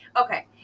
Okay